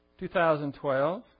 2012